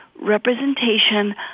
representation